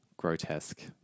Grotesque